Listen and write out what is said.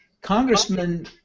Congressman